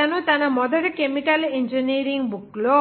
అతను తన మొదటి కెమికల్ ఇంజనీరింగ్ బుక్ లో